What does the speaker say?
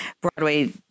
broadway